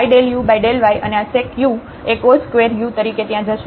તેથી આપણને x ∂u∂xy∂u∂y અને આ sec u એ cos2u તરીકે ત્યાં જશે